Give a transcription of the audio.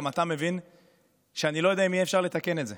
וגם אתה מבין שאני לא יודע אם אפשר יהיה לתקן את זה.